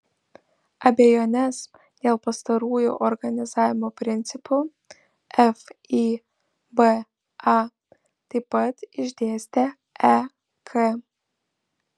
abejones dėl pastarųjų organizavimo principų fiba taip pat išdėstė ek